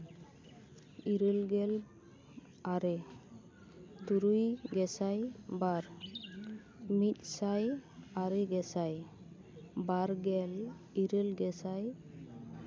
ᱤᱨᱟᱹᱞ ᱜᱮᱞ ᱟᱨᱮ ᱛᱩᱨᱩᱭ ᱜᱮᱥᱟᱭ ᱵᱟᱨ ᱢᱤᱫ ᱥᱟᱭ ᱟᱨᱮ ᱜᱮᱥᱟᱭ ᱵᱟᱨ ᱜᱮᱞ ᱤᱨᱟᱹᱞ ᱜᱮᱥᱟᱭ